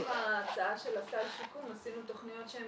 בתוך ההצעה של הסל שיקום עשינו תכניות שהן